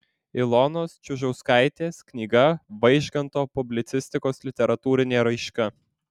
ilonos čiužauskaitės knyga vaižganto publicistikos literatūrinė raiška